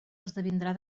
esdevindrà